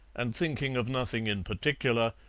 and thinking of nothing in particular,